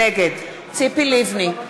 נגד ציפי לבני,